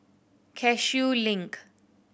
Cashew Link